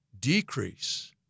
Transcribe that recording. decrease